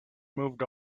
moved